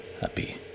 happy